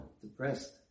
depressed